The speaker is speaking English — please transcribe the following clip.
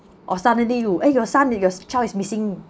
or suddenly you eh your son your child is missing